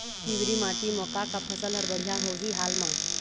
पिवरी माटी म का का फसल हर बढ़िया होही हाल मा?